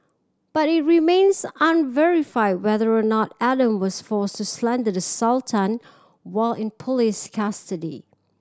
but it remains unverified whether or not Adam was forced to slander the Sultan while in police custody